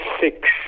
Six